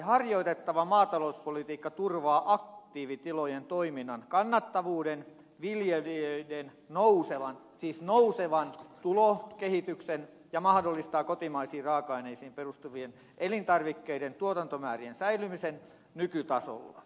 harjoitettava maatalouspolitiikka turvaa aktiivitilojen toiminnan kannattavuuden viljelijöiden nousevan siis nousevan tulokehityksen ja mahdollistaa kotimaisiin raaka aineisiin perustuvien elintarvikkeiden tuotantomäärien säilymisen nykytasolla